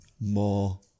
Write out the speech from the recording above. more